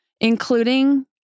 including